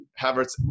Havertz